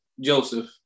Joseph